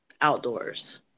outdoors